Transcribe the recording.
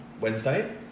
Wednesday